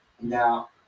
Now